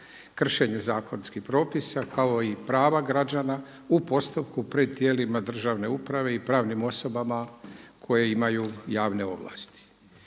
kršenje zakonskih propisa kao i prava građana u postupku pred tijelima državne uprave i pravnim osobama koje imaju javne ovlasti.